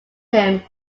him